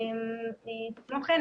כמו כן,